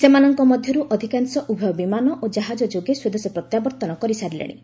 ସେମାନଙ୍କ ମଧ୍ୟରୁ ଅଧିକାଂଶ ଉଭୟ ବିମାନ ଓ କାହାଜ ଯୋଗେ ସ୍ପଦେଶ ପ୍ରତ୍ୟାବର୍ତ୍ତନ କରିସାରିଲେଣି